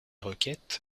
requêtes